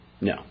No